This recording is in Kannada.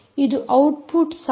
ಇದು ಔಟ್ಪುಟ್ ಸಾಧನ